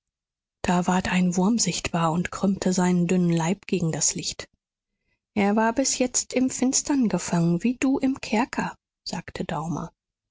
da ward ein wurm sichtbar und krümmte seinen dünnen leib gegen das licht er war bis jetzt im finstern gefangen wie du im kerker sagte daumer das